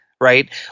right